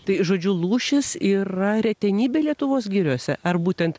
tai žodžiu lūšis yra retenybė lietuvos giriose ar būtent